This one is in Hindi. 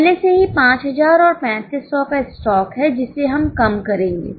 पहले से ही 5000 और 3500 का स्टॉक है जिसे हम कम करेंगे